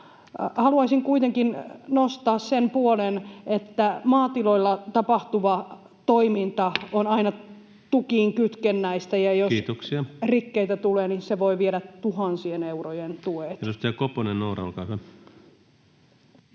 Haluaisin kuitenkin nostaa sen puolen, että maatiloilla tapahtuva toiminta on aina tukiin kytkennäistä, ja jos [Puhemies: Kiitoksia!] rikkeitä tulee, niin se voi viedä tuhansien eurojen tuet.